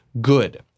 Good